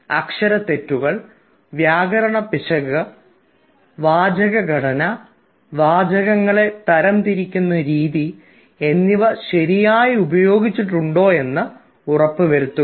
അക്ഷരത്തെറ്റുകൾ വ്യാകരണ പിശകുകൾ വാചക ഘടന വാചകങ്ങളെ തരംതിരിക്കുന്ന രീതി എന്നിവ ശരിയായി ഉപയോഗിച്ചിട്ടുണ്ടെന്ന് ഉറപ്പുവരുത്തുക